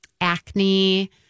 acne